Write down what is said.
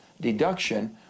deduction